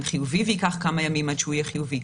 חיובי וייקח כמה ימים עד שהוא יהיה חיובי.